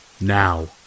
Now